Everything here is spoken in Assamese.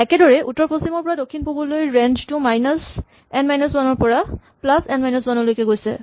একেদৰেই উত্তৰ পশ্চিম ৰ পৰা দক্ষিণ পূবলৈ ৰেঞ্জ টো মাইনাচ এন মাইনাচ ৱান ৰ পৰা প্লাচ এন মাইনাচ ৱান লৈকে গৈছে